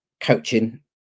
Coaching